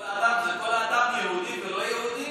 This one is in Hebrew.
"כל אדם" זה כל אדם, יהודי ולא יהודי?